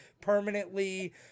permanently